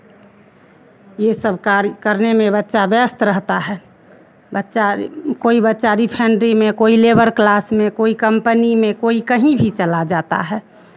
ये सब कार्य करने में बच्चा व्यस्त रहता है बच्चा कोई बच्चा रिफाइनरी में कोई लेबर क्लास में कोई कम्पनी में कोई कहीं भी चला जाता है